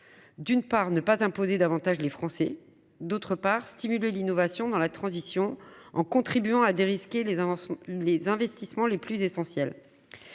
elle permet de ne pas imposer davantage les Français ; d'autre part, elle stimule l'innovation dans la transition en contribuant à « dérisquer » les investissements les plus essentiels.